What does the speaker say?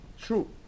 True